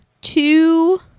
two